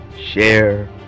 share